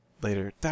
later